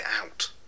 out